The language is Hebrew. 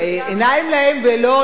עיניים להם ולא יראו,